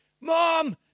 Mom